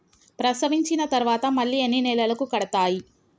ప్రసవించిన తర్వాత మళ్ళీ ఎన్ని నెలలకు కడతాయి?